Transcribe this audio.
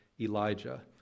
elijah